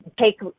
take